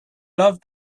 love